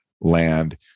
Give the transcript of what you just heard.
land